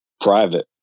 private